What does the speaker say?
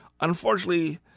Unfortunately